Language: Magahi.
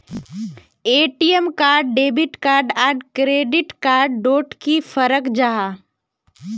ए.टी.एम कार्ड डेबिट कार्ड आर क्रेडिट कार्ड डोट की फरक जाहा?